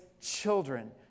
children